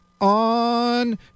on